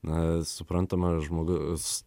na suprantama žmogus